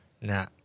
Nah